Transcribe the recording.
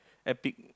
epic